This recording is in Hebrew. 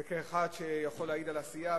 וכאחד שיכול להעיד על עשייה,